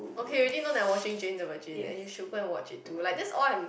okay Eugene not that watching Jane watching and the sugar watch it to like this all